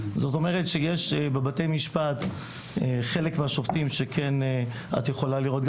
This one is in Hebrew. זאת אומרת שיש בבתי משפט חלק מהשופטים שכן את יכולה לראות,